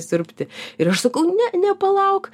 siurbti ir aš sakau ne ne palauk